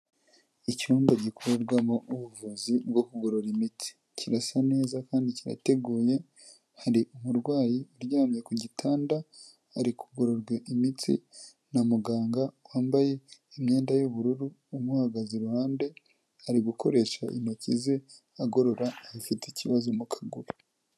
Icyumba gikorerwamo ubuvuzi bwo kugorora imitsi. Kirasa neza kandi kirateguye, hari umurwayi uryamye ku gitanda, ari kugororwa imitsi na muganga wambaye imyenda y'ubururu umuhagaze iruhande, ari gukoresha intoki ze agorora ufite ikibazo mu kaguru.